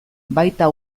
baita